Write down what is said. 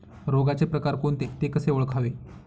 रोगाचे प्रकार कोणते? ते कसे ओळखावे?